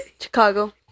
Chicago